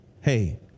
hey